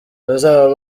bazaba